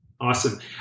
Awesome